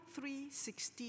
3.16